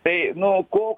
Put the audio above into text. tai nu ko